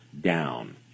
down